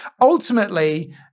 Ultimately